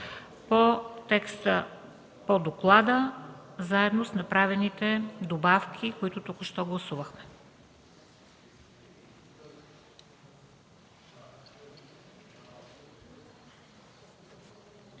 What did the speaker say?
по текста по доклада заедно с направените добавки, които току-що гласувахме.